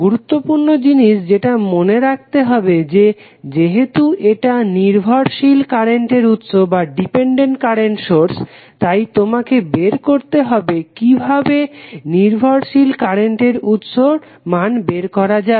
গুরুত্বপূর্ণ জিনিস যেটা মনে রাখতে হবে যে যেহেতু এটা নির্ভরশীল কারেন্টের উৎস তাই তোমাকে বের করতে হবে কিভাবে নির্ভরশীল কারেন্টের উৎসের মান বের করা যাবে